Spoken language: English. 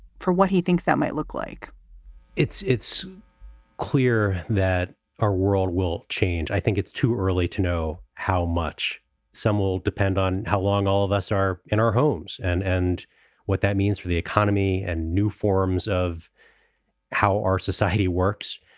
for what he thinks that might look like it's it's clear that our world will change. i think it's too early to know how much some will depend on how long all of us are in our homes and and what that means for the economy and new forms of how our society works.